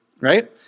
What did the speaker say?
right